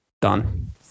done